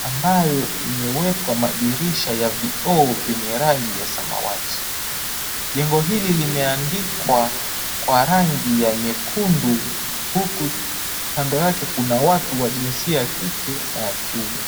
ambayo imewekwa madirisha ya vioo vyenye rangi ya samawati. Jengo hili limeandikwa kwa rangi ya nyekundu, huku kando yake kuna watu wa jinsia ya kike na kiume.